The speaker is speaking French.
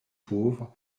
pauvre